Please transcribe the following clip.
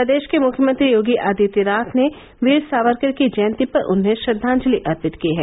प्रदेश के मुख्यमंत्री योगी आदित्यनाथ ने वीर सावरकर की जयंती पर उन्हें श्रद्वाजलि अर्पित की है